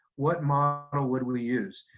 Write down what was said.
what model would we use?